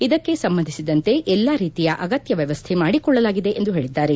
ಇದಕ್ಕೆ ಸಂಬಂಧಿಸಿದಂತೆ ಎಲ್ಲಾ ರೀತಿಯ ಅಗತ್ತ ವ್ಯವಸ್ಥೆ ಮಾಡಿಕೊಳ್ಳಲಾಗಿದೆ ಎಂದು ಹೇಳಿದ್ದಾರೆ